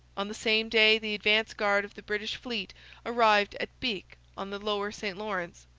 on the same day the advance guard of the british fleet arrived at bic on the lower st lawrence.